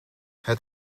het